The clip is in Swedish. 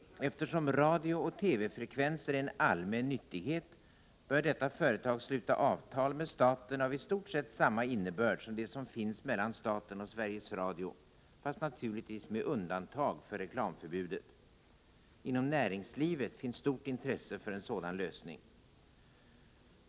Eftersom radiooch TV-frekvenser är en allmän nyttighet, bör detta företag sluta avtal med staten av i stort sett samma innebörd som det som finns mellan staten och Sveriges Radio; fast naturligtvis med undantag för reklamförbudet. Inom näringslivet finns stort intresse för en sådan lösning.